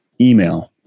email